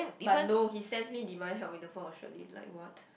but no he sends me demand help in the form Sharlene like what